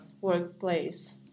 workplace